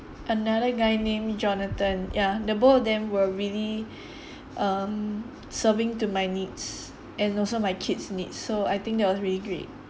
another guy name jonathan ya the both of them were really um serving to my needs and also my kid's need so I think that was really great